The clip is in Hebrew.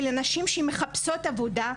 ולנשים שמחפשות עבודה,